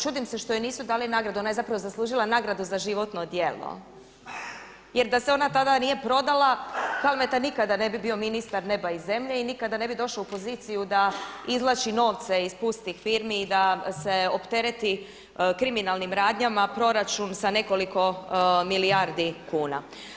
Čudim se što joj nisu dali nagradu ona je zapravo zaslužila nagradu za životno djelo jer da se ona tada nije prodala Kalmeta nikada ne bi bio ministar neba i zemlje i nikada ne bi došao u poziciju da izvlači novce iz pustih firmi i da se optereti kriminalnim radnjama proračun sa nekoliko milijardi kuna.